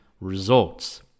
results